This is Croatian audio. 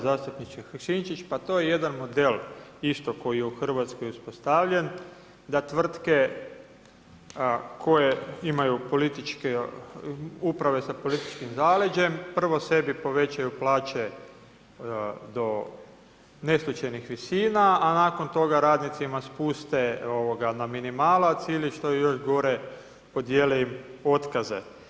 Zastupniče Sinčić, pa to je jedan model isto koji je u RH uspostavljen da tvrtke koje imaju uprave sa političkim zaleđem prvo sebi povećaju plaće do neslućenih visina, a nakon toga radnicima spuste na minimalac ili što je još gore, podijele im otkaze.